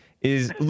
Is-